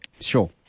sure